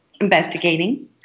investigating